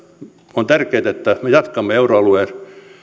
on tärkeätä että me todella jatkamme euroaluetta koskevaa